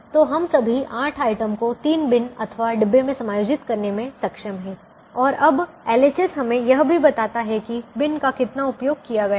तो हम सभी 8 आइटम को 3 बिन अथवा डिब्बे में समायोजित करने में सक्षम हैं और अब LHS हमें यह भी बताता है कि बिन का कितना उपयोग किया गया है